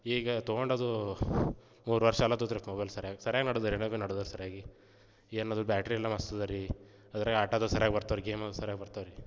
ಈಗ ತೊಗೊಂಡದು ಮೂರು ವರ್ಷ ಆಲತ್ತಿತು ರೀ ಮೊಬೈಲ್ ಸರಿಯಾಗಿ ಸರಿಯಾಗಿ ನಡ್ದಿದೆರಿ ಸರಿಯಾಗಿ ನಡ್ದಿದೆ ಸರಿಯಾಗಿ ಏನದು ಬ್ಯಾಟ್ರಿ ಎಲ್ಲ ಮಸ್ತ ಇದೆ ರೀ ಅದರಾಗೆ ಆಟಾದು ಸರಿಯಾಗಿ ಬರ್ತವೆ ಗೇಮು ಸರಿಯಾಗಿ ಬರ್ತವೆ ರೀ